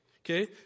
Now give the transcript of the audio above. Okay